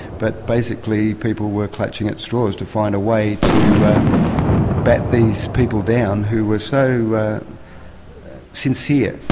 but basically people were clutching at straws to find a way to bat these people down who were so sincere,